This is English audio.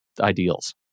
ideals